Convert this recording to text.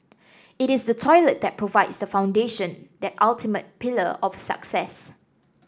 it is the toilet that provides the foundation that ultimate pillar of success